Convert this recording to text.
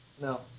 No